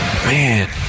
Man